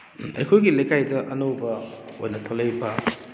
ꯑꯩꯍꯣꯏꯒꯤ ꯂꯩꯀꯥꯏꯗ ꯑꯅꯧꯕ ꯑꯣꯏꯅ ꯊꯣꯛꯂꯛꯏꯕ